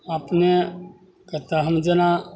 अपनेकेँ तऽ हम जेना